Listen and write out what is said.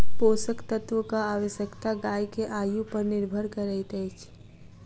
पोषक तत्वक आवश्यकता गाय के आयु पर निर्भर करैत अछि